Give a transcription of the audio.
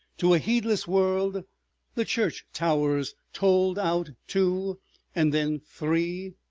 to a heedless world the church towers tolled out two and then three.